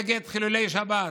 אנחנו נגד חילולי שבת,